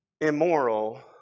immoral